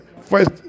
first